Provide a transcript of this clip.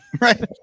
Right